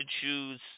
choose